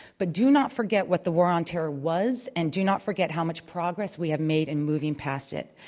but do not forget what the war on terror was, and do not forget how much progress we have made in moving past it.